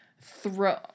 throw